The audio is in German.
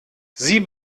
sie